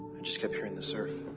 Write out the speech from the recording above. and just kept hearing the surf.